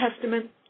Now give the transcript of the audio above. Testament